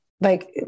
like-